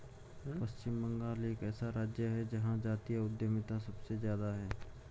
पश्चिम बंगाल एक ऐसा राज्य है जहां जातीय उद्यमिता सबसे ज्यादा हैं